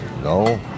No